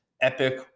epic